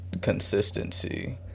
consistency